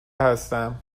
هستم